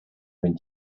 when